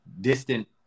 distant